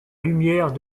lumière